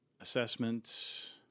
Assessments